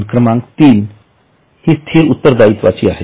नोंद क्रमांक 3 ही स्थिर उत्तरदायित्वाची आहे